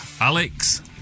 Alex